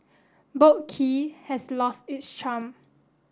Boat Quay has lost its charm